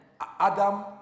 Adam